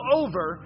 over